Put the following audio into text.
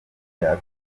byatuma